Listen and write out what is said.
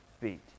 feet